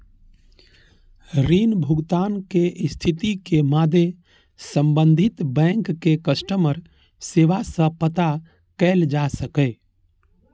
ऋण भुगतान के स्थिति के मादे संबंधित बैंक के कस्टमर सेवा सं पता कैल जा सकैए